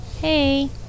Hey